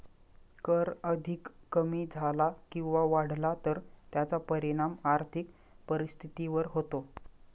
कर अधिक कमी झाला किंवा वाढला तर त्याचा परिणाम आर्थिक परिस्थितीवर होतो